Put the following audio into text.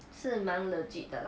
是蛮 legit 的啦